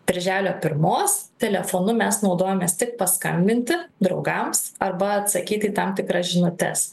birželio pirmos telefonu mes naudojamės tik paskambinti draugams arba atsakyti į tam tikras žinutes